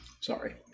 Sorry